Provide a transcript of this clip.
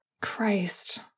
Christ